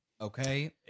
Okay